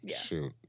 shoot